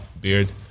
beard